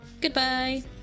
Goodbye